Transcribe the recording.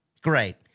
Great